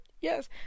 Yes